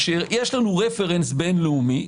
שיש לנו רפרנס בין-לאומי,